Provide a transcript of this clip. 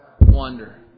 Wonder